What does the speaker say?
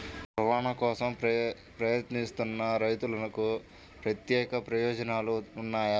రుణాల కోసం ప్రయత్నిస్తున్న రైతులకు ప్రత్యేక ప్రయోజనాలు ఉన్నాయా?